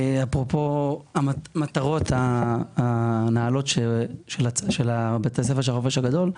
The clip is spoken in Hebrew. אפרופו המטרות הנעלות של בית הספר של החופש הגדול,